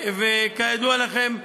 כידוע לכם,